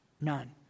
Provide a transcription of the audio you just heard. None